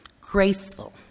graceful